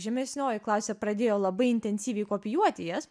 žemesnioji klasė pradėjo labai intensyviai kopijuoti jas